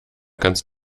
kannst